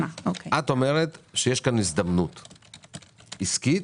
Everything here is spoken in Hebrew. שיש כאן הזדמנות כלכלית, עסקית,